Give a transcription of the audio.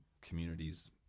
communities